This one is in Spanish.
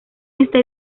este